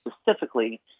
specifically